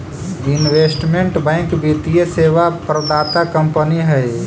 investment bank वित्तीय सेवा प्रदाता कंपनी हई